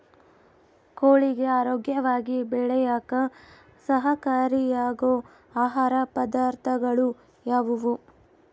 ಕೋಳಿಗೆ ಆರೋಗ್ಯವಾಗಿ ಬೆಳೆಯಾಕ ಸಹಕಾರಿಯಾಗೋ ಆಹಾರ ಪದಾರ್ಥಗಳು ಯಾವುವು?